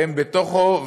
והם בפנים,